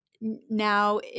now